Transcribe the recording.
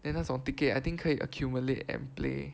then 那种 ticket I think 可以 accumulate and play